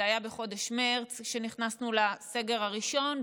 זה היה בחודש מרץ כשנכנסנו לסגר הראשון.